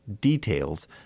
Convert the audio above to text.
details